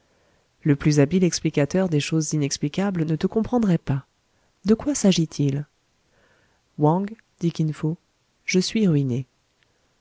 le plus habile explicateur des choses inexplicables ne te comprendrait pas de quoi s'agit-il wang dit kin fo je suis ruiné